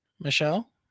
Michelle